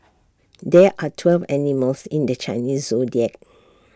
there are twelve animals in the Chinese Zodiac